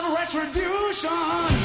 retribution